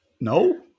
no